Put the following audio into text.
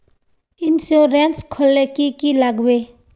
Insurance खोले की की लगाबे?